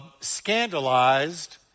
scandalized